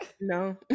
No